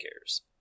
cares